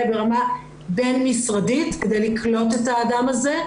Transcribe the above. ברמה בין משרדית כדי לקלוט את האדם הזה.